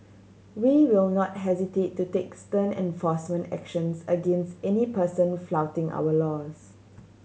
we will not hesitate to take stern enforcement actions against any person flouting our laws